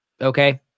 Okay